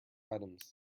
items